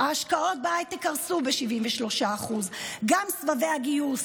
ההשקעות בהייטק קרסו ב-73%; גם סבבי הגיוס,